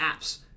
apps